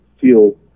feel